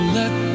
let